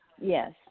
Yes